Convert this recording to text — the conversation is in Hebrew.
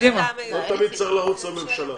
לא תמיד צריך לרוץ לממשלה.